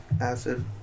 acid